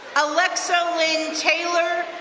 alexa lynn taylor,